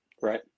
right